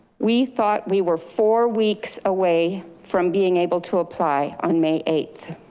we thought we were four weeks away from being able to apply on may eighth.